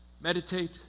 meditate